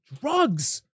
drugs